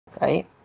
right